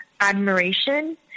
admiration